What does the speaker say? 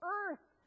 earth